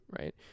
right